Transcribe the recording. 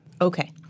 Okay